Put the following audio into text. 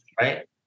Right